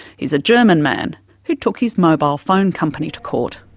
he's a german man who took his mobile phone company to court.